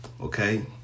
Okay